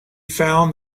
found